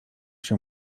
się